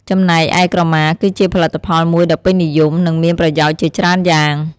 ចំណែកឯក្រមា គឺជាផលិតផលមួយដ៏ពេញនិយម និងមានប្រយោជន៍ជាច្រើនយ៉ាង។